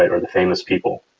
or the famous people.